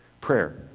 Prayer